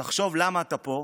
תחשוב למה אתה פה,